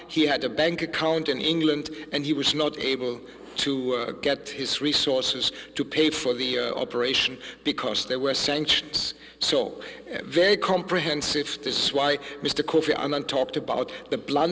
he had a bank account in england and he was not able to get his resources to pay for the operation because there were sanctions so very comprehensive this why mr kofi annan talked about the bl